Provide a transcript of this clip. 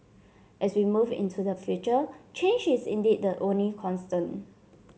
as we move into the future change is indeed the only constant